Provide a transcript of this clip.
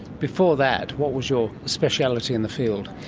before that, what was your speciality in the field?